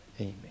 amen